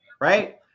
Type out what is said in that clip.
right